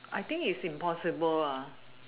I think is impossible